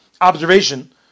observation